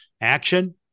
action